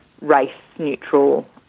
race-neutral